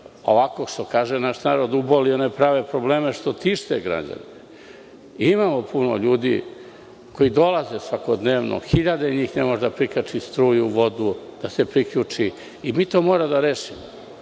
ovako, što kaže naš narod, uboli one prave probleme što tište građane. Imamo puno ljudi koji dolaze svakodnevno. Hiljade njih ne može da prikači struju, vodu, da se priključi, i mi to moramo da rešimo.